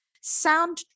sound